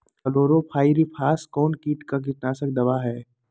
Chlorpyrifos कौन किट का कीटनाशक दवा है?